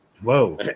Whoa